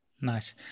Nice